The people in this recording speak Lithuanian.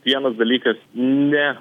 vienas dalykas ne